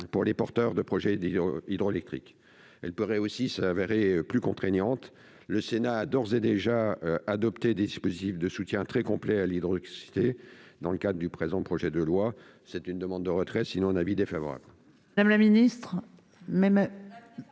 pour les porteurs de projets hydroélectriques. Elle pourrait aussi s'avérer plus contraignante. Le Sénat a d'ores et déjà adopté des dispositifs de soutien très complets à l'hydroélectricité dans le cadre du présent projet de loi. Je demande le retrait de l'amendement, sinon l'avis sera défavorable.